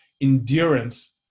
endurance